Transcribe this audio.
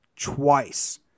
twice